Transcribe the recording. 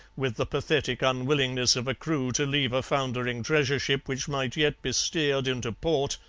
with the pathetic unwillingness of a crew to leave a foundering treasure ship which might yet be steered into port,